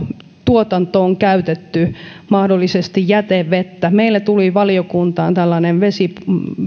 tuotantoon käytetty mahdollisesti jätevettä meille tuli valiokuntaan